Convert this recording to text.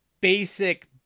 basic